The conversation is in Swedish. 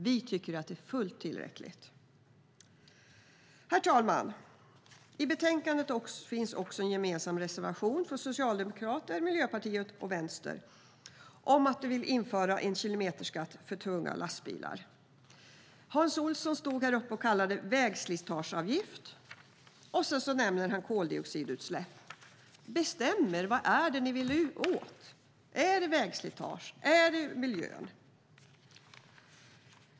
Vi tycker att det är fullt tillräckligt. Herr talman! I betänkandet finns också en gemensam reservation från Socialdemokraterna, Miljöpartiet och Vänstern om att införa en kilometerskatt för tunga lastbilar. Hans Olsson stod häruppe och kallade det för "vägslitageavgift" och nämnde också koldioxidutsläpp. Bestäm er - vad är det ni vill komma åt? Är det vägslitage eller är det miljön?